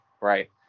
right